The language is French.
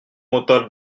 mental